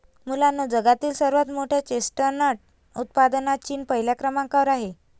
मुलांनो जगातील सर्वात मोठ्या चेस्टनट उत्पादनात चीन पहिल्या क्रमांकावर आहे